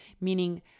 meaning